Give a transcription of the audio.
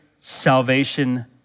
salvation